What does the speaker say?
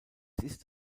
ist